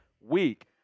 week